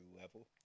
level